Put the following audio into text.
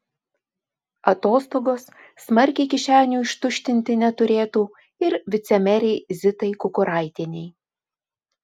atostogos smarkiai kišenių ištuštinti neturėtų ir vicemerei zitai kukuraitienei